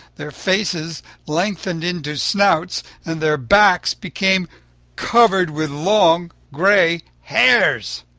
their faces lengthened into snouts and their backs became covered with long gray hairs.